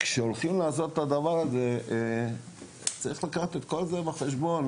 כשהולכים לעשות את הדבר הזה צריך לקחת את כל הדבר הזה בחשבון,